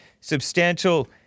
substantial